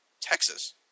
Texas